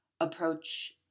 approach